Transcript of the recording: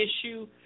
issue